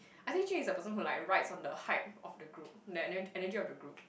I think Jun-Yi is the person who like rides on the hype of the group the e~ energy of the group